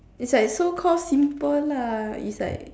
is like so call simple lah is like